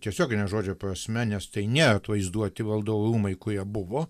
tiesiogine žodžio prasme nes tai ne atvaizduoti valdovų rūmai kurie buvo